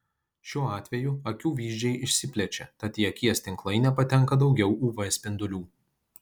šiuo atveju akių vyzdžiai išsiplečia tad į akies tinklainę patenka daugiau uv spindulių